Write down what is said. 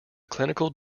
clinical